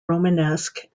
romanesque